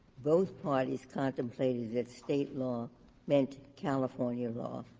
both parties contemplated that state law meant california law.